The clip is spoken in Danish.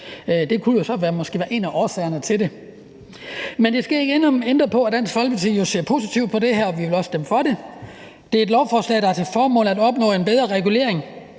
Det kunne måske være en af årsagerne til det. Men det skal ikke ændre på, at Dansk Folkeparti jo ser positivt på det her og også vil stemme for det. Det er et lovforslag, der har til formål at opnå en bedre regulering,